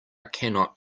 cannot